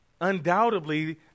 Undoubtedly